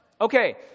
Okay